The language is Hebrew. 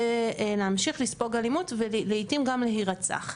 להמשיך לספוג אלימות ולעיתים גם להירצח.